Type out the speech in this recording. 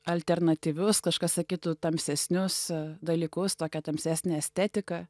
alternatyvius kažkas sakytų tamsesnius dalykus tokią tamsesnę estetiką